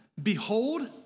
Behold